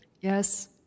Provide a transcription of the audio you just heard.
Yes